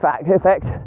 effect